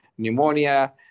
pneumonia